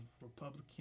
Republican